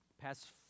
Past